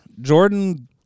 Jordan